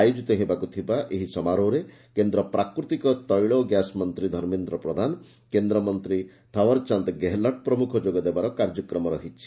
ଆୟୋଜିତ ହେବାକୁ ଥିବା ଏହି ଉହବରେ କେନ୍ଦ୍ର ପ୍ରାକୃତିକ ତେଳ ଓ ଗ୍ୟାସ ମନ୍ତୀ ଧର୍ମେନ୍ଦ ପ୍ରଧାନ କେନ୍ଦ୍ରମନ୍ତୀ ଥୱର ଚାନ୍ଦ ଗେହଲଟ୍ ପ୍ରମୁଖ ଯୋଗଦେବାର କାର୍ଯ୍ୟକ୍ରମ ରହିଛି